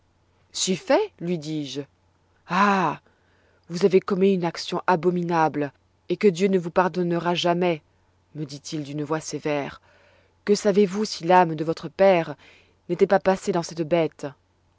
si fait lui dis-je ah vous avez commis une action abominable et que dieu ne vous pardonnera jamais me dit-il d'une voix sévère que savez-vous si l'âme de votre père n'étoit pas passée dans cette bête